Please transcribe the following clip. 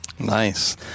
Nice